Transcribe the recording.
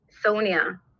Sonia